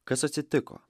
kas atsitiko